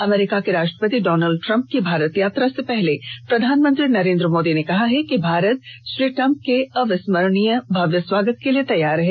अमरीका के राष्ट्रपति Donald Trump की भारत यात्रा से पहले प्रधानमंत्री नरेन्द्र मोदी ने कहा है कि भारत श्री ट्रम्प के अविस्मरणीय भव्य स्वागत के लिए तैयार है